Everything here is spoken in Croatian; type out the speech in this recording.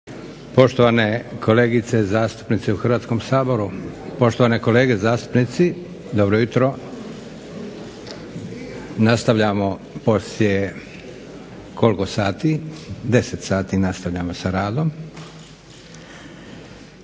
Poštovane kolegice zastupnice u Hrvatskom saboru, poštovane kolege zastupnici dobro jutro. Nastavljamo poslije koliko sati? 10 sati nastavljamo sa radom